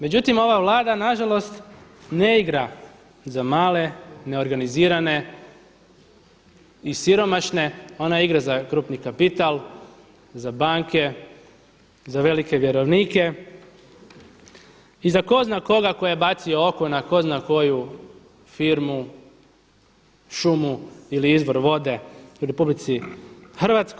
Međutim, ova Vlada nažalost ne igra za male, neorganizirane i siromašne, ona igra za krupni kapital, za banke, za velike vjerovnike i za tko zna koga tko je bacio oko na tko zna koju firmu, šumu ili izvor vode u RH.